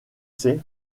sais